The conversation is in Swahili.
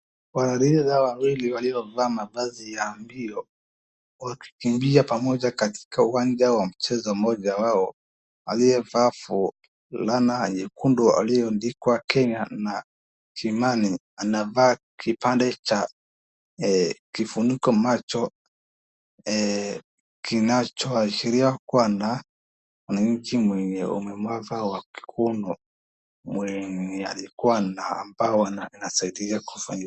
Wanariadha wawili waliovaa mavazi ya mbio, wakikimbia pamoja katika uwanja wa mchezo. Mmoja wao aliyevaa fulana nyekundu iliyoandikwa Kenya na Kimani amevaa kipande cha kifunika macho, kinachoashiria kwamba ni nchi yenye ulemavu wa kikono.